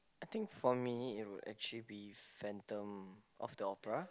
I think for me it would actually be Phantom of the Opera